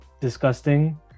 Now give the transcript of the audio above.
disgusting